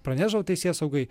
pranešdavo teisėsaugai